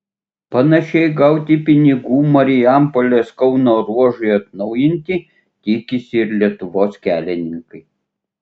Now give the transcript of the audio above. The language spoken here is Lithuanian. panašiai gauti pinigų marijampolės kauno ruožui atnaujinti tikisi ir lietuvos kelininkai